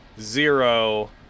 Zero